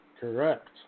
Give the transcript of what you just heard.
Correct